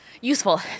useful